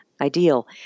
ideal